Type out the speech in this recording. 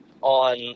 on